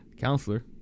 Counselor